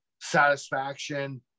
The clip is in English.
satisfaction